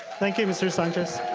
thank you, mr. sanchez.